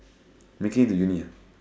making it into uni ah